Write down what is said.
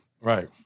Right